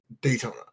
Daytona